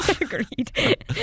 Agreed